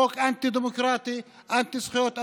חוק אנטי-דמוקרטי, אנטי-זכויות אדם,